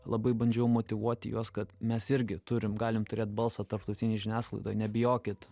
labai bandžiau motyvuoti juos kad mes irgi turim galim turėt balsą tarptautinėj žiniasklaidoj nebijokit